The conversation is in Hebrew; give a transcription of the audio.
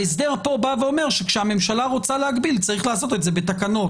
ההסדר פה אומר שכאשר הממשלה רוצה להגביל צריך לעשות את זה בתקנות,